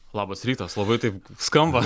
labas rytas labai taip skamba